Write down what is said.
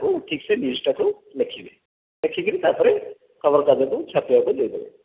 ଠିକ ସେ ନ୍ୟୁଜ୍ଟାକୁ ଲେଖିବେ ଲେଖିକି ତା'ପରେ ଖବର କାଗଜକୁ ଛାପିବାକୁ ଦେଇଦେବେ